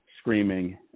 screaming